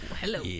hello